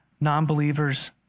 non-believers